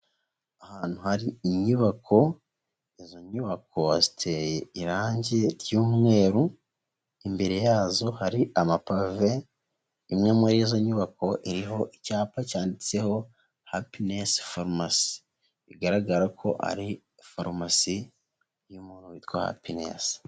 Ahantu hari inyubako, izo nyubako ziteye irangi ry'umweru, imbere yazo hari amapave, imwe muri izo nyubako iriho icyapa cyanditseho hapines pharmacy, bigaragara ko ari farumasi yitwa Hapiness.